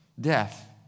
death